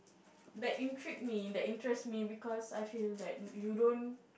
that intrigue me that interest me because I feel that you don't